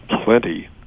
plenty